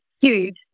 huge